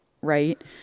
right